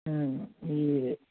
ఈ